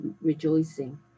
rejoicing